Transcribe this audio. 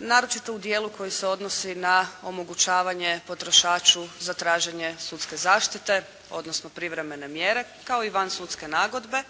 naročito u dijelu koji se odnosi na omogućavanje potrošaču za traženje sudske zaštite, odnosno privremene mjere kao i van sudske nagodbe